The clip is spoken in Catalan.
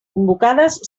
convocades